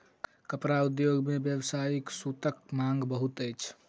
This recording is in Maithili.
कपड़ा उद्योग मे व्यावसायिक सूतक मांग बहुत अछि